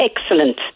excellent